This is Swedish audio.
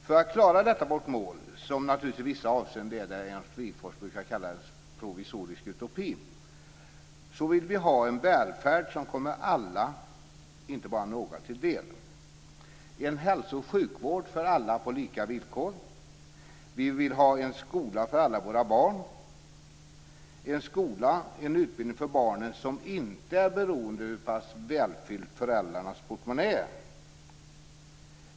För att klara detta vårt mål, som naturligtvis i vissa avseenden är det Ernst Wigforss brukade kalla en provisorisk utopi, vill vi ha en välfärd som kommer alla, inte bara några, till del - en hälso och sjukvård för alla på lika villkor, en skola för alla våra barn, en utbildning för barnen som inte är beroende av hur pass välfylld föräldrarnas portmonnä är.